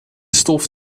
stof